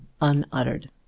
unuttered